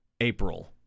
April